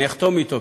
אני אחתום אתו,